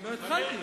לא התחלתי.